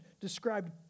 described